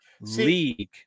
league